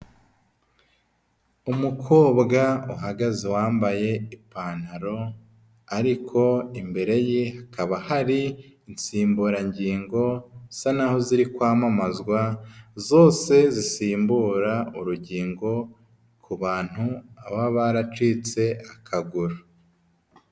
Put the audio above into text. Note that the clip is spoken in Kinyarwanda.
Umukobwa uhagaze wambaye ipantaro ariko imbere ye hakaba hari insimburangingo zisa n'aho ziri kwamamazwa, zose zisimbura urugingo ku bantu baba baracitse akaguru.